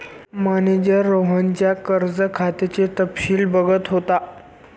manager रोहनच्या कर्ज खात्याचे तपशील बघत होता